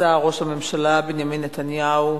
נשא ראש הממשלה בנימין נתניהו